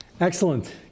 Excellent